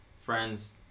friends